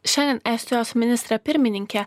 šiandien estijos ministrė pirmininkė